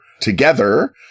together